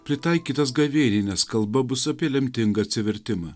pritaikytas gavėniai nes kalba bus apie lemtingą atsivertimą